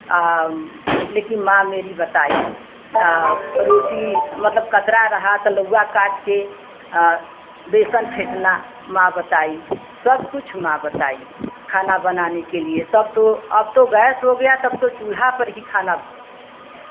लेकिन माँ मेरी बताई और रोटी मतलब कतरा रहा तो लौवा काट के बेसन फेंटना माँ बताई सब कुछ माँ बताई खाना बनाने के लिए तब तो अब तो गैस हो गया तब तो चूल्हा पर ही खाना